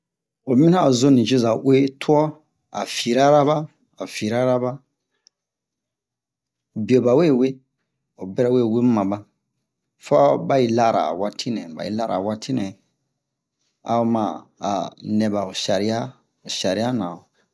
o yi minian a o zo nucoza uwe tuwa a firaraba a firaraba biyo ba we wee o bɛrɛ we bu maba faba yi lara'a waati ba yi lara'a waati a o ma a nɛ ba ho sariya sariya nan